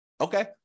Okay